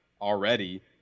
already